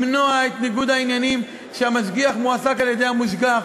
את ניגוד העניינים שהמשגיח מועסק על-ידי המושגח.